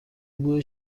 بوی